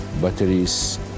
batteries